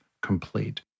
complete